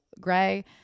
Gray